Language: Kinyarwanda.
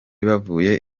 bavuye